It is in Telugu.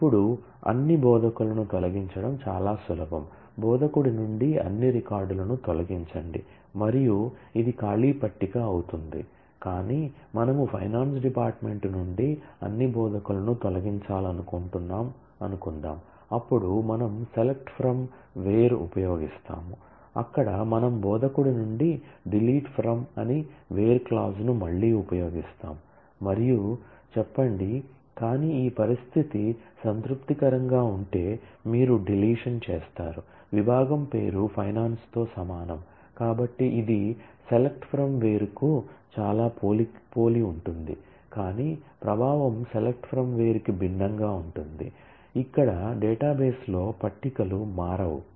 ఇప్పుడు అన్ని బోధకులను తొలగించడం చాలా సులభం బోధకుడి నుండి అన్ని రికార్డులను తొలగించండి మరియు ఇది ఖాళీ పట్టిక అవుతుంది కాని మనము ఫైనాన్స్ డిపార్ట్మెంట్ నుండి అన్ని బోధకులను తొలగించాలనుకుంటున్నాము అనుకుందాం అప్పుడు మనం సెలెక్ట్ ఫ్రమ్ వేర్ కు చాలా పోలి ఉంటుంది కానీ ప్రభావం సెలెక్ట్ ఫ్రమ్ వేర్ కి భిన్నంగా ఉంటుంది ఇక్కడ డేటాబేస్లో పట్టికలు మారవు